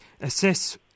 assess